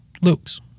Luke's